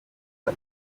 iyo